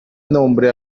nombre